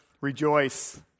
rejoice